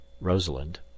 Rosalind